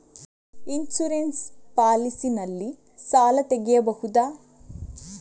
Insurance policy ನಲ್ಲಿ ಸಾಲ ತೆಗೆಯಬಹುದ?